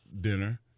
dinner